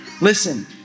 Listen